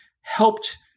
helped